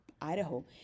Idaho